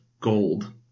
gold